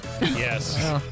Yes